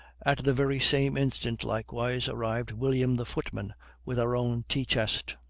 at the very same instant likewise arrived william the footman with our own tea-chest.